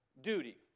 duty